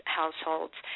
households